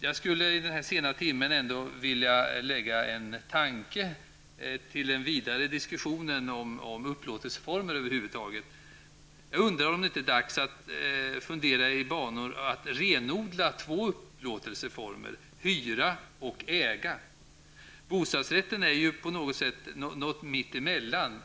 Jag skulle i den här sena timmen ändå vilja väcka en tanke på en vidare diskussion som inte bara handlar om upplåtelseformer. Jag undrar om det inte är dags att börja fundera i banor om att renodla två upplåtelseformer, hyra och äga. Bostadsrätten finns ju på något sätt mitt emellan.